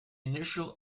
initial